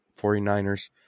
49ers